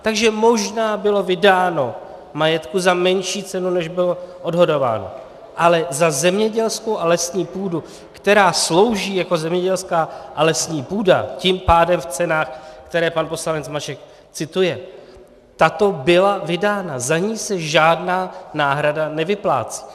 Takže možná bylo vydáno majetku za menší cenu, než bylo odhadováno, ale za zemědělskou a lesní půdu, která slouží jako zemědělská a lesní půda, tím pádem v cenách, které pan poslanec Mašek cituje, tato byla vydána, za ni se žádná náhrada nevyplácí.